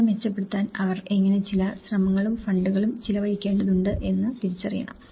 അത് മെച്ചപ്പെടുത്താൻ അവർ എങ്ങനെ ചില ശ്രമങ്ങളും ഫണ്ടുകളും ചിലവഴിക്കേണ്ടതുണ്ട് എന്ന് തിരിച്ചറിയണം